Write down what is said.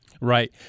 Right